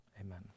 Amen